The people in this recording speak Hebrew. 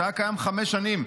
שהיה קיים חמש שנים,